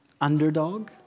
underdog